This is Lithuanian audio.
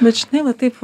bet žinai va taip